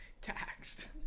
Taxed